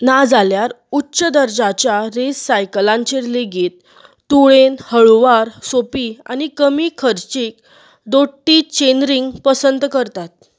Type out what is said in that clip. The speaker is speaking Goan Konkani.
नाजाल्यार उच्च दर्ज्याच्या रेस सायकलांचेर लेगीत तुळेन हळुवार सोपी आनी कमी खर्चीक दोट्टी चेनरींग पसंत करतात